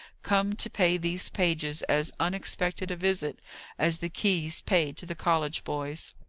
come to pay these pages as unexpected a visit as the keys paid to the college boys.